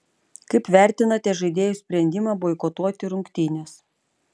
kaip vertinate žaidėjų sprendimą boikotuoti rungtynes